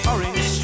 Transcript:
Orange